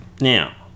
Now